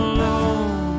Alone